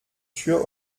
tür